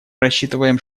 рассчитываем